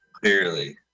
clearly